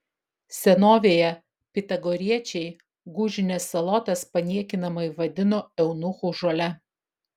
senovėje pitagoriečiai gūžines salotas paniekinamai vadino eunuchų žole